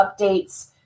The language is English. updates